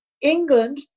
England